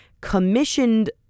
commissioned